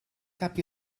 cap